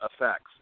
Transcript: Effects